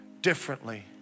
differently